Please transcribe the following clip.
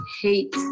hate